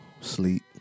sleep